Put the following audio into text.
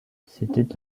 c’était